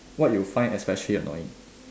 what you find especially annoying